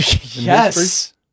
Yes